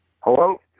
Hello